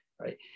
right